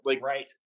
Right